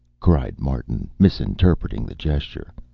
cried martin, misinterpreting the gesture.